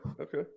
Okay